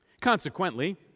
Consequently